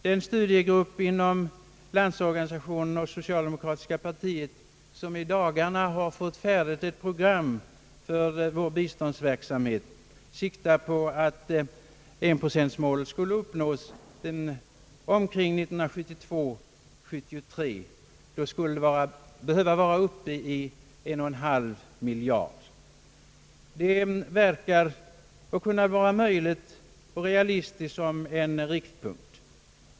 Den studiegrupp inom LO och socialdemokratiska partiet som i dagarna gjort färdigt ett program för vår biståndsverksamhet siktar till att enprocentsmålet skall uppnås omkring år 1972—1973. Vi skulle då behöva vara uppe i 11/2 miljard kronor. Detta förefaller kunna vara möjligt och realistiskt som en riktpunkt.